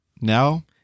Now